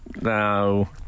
no